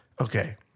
Okay